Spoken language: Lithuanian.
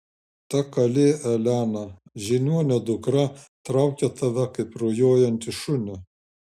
ta kalė elena žiniuonio dukra traukia tave kaip rujojantį šunį